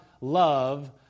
love